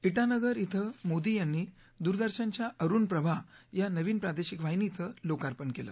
इटानगर इथं मोदी यांनी दूरदर्शनच्या अरुण प्रभा या नवीन प्रादेशिक वाहिनीचं लोकार्पण केलं